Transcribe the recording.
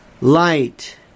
Light